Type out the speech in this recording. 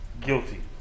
guilty